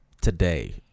today